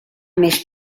més